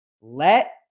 Let